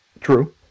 True